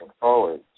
forward